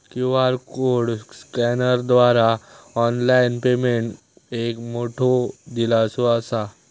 QR code स्कॅनरद्वारा online payment एक मोठो दिलासो असा